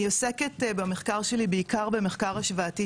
אני עוסקת במחקר שלי בעיקר במחקר השוואתי